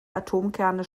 atomkerne